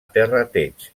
terrateig